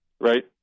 Right